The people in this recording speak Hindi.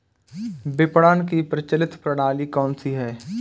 विपणन की प्रचलित प्रणाली कौनसी है?